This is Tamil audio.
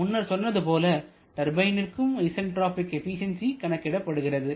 முன்னர் சொன்னது போல டர்பைனிற்க்கும் ஐசன்டிராபிக் எபிசென்சி கணக்கிடப்படுகிறது